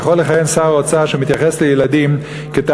יכול לכהן שר אוצר שמתייחס לילדים כאל